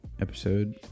episode